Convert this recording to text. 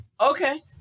okay